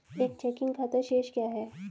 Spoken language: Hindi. एक चेकिंग खाता शेष क्या है?